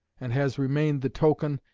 and has remained the token,